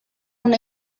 una